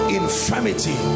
infirmity